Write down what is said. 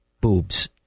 boobs